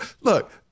Look